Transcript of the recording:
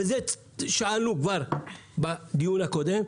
שאלנו את זה כבר בדיון הקודם,